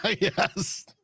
yes